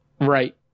Right